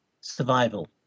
survival